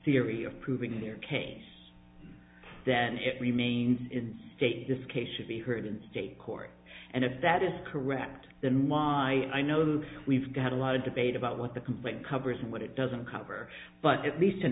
theory of proving their case then it remains in state this case should be heard in state court and if that is correct then why i know that we've got a lot of debate about what the complaint covers and what it doesn't cover but at least an